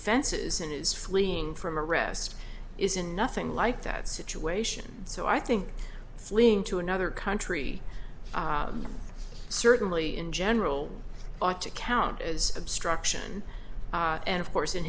fences and is fleeing from arrest isn't nothing like that situation so i think fleeing to another country certainly in general ought to count as obstruction and of course in